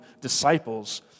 disciples